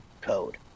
code